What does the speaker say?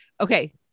Okay